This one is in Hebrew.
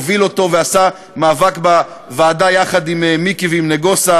הוביל אותו ועשה מאבק בוועדה יחד עם מיקי ועם נגוסה,